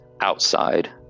outside